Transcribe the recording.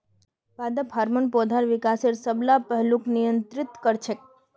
पादप हार्मोन पौधार विकासेर सब ला पहलूक नियंत्रित कर छेक